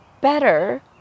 better